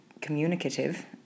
communicative